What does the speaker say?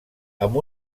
amb